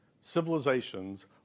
civilizations